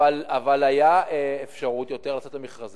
אבל היתה אפשרות רבה יותר לצאת למכרזים,